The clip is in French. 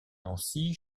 nancy